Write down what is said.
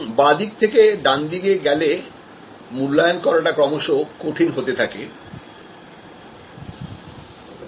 সুতরাং বাঁ দিক থেকে ডান দিকে গেলে মূল্যায়ন করাটা ক্রমশ কঠিন হতে থাকে